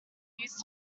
used